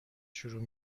شروع